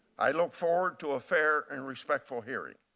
i look forward to a fair and respectful hearing.